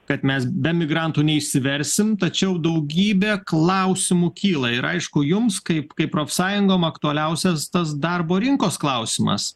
kad mes be migrantų neišsiversim tačiau daugybė klausimų kyla ir aišku jums kaip kaip profsąjungom aktualiausias tas darbo rinkos klausimas